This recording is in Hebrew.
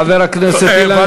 חבר הכנסת אילן גילאון,